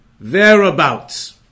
Thereabouts